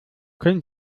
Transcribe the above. können